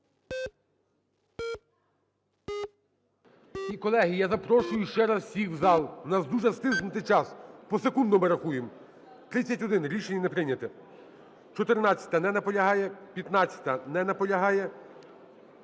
колеги, я запрошую ще раз всіх в зал. У нас дуже стиснутий час. Посекундно ми рахуємо. 16:20:49 За-31 Рішення не прийнято. 14-а. Не наполягає. 15-а. Не наполягає.